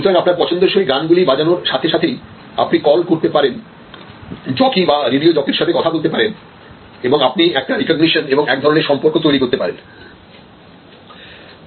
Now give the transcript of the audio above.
সুতরাং আপনার পছন্দসই গানগুলি বাজানোর সাথে সাথেই আপনি কল করতে পারেন জকি বা রেডিও জকির সঙ্গে কথা বলতে পারেন এবং আপনি একটি রিকগনিশন এবং এক ধরণের সম্পর্ক তৈরি করতে পারেন